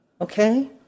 Okay